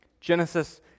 Genesis